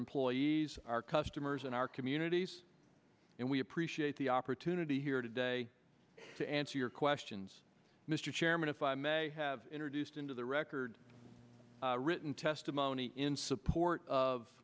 employees our customers and our communities and we appreciate the opportunity here today to answer your questions mr chairman if i may have introduced into the record written testimony in support of